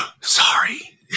Sorry